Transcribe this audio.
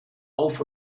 auf